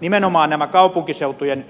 nimenomaan kaupunkiseutujen